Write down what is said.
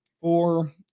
four